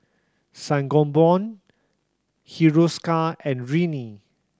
Sangobion Hiruscar and Rene